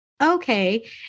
okay